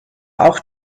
auch